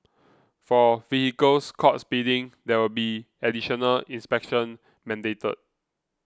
for vehicles caught speeding there will be additional inspections mandated